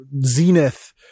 Zenith